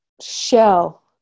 shell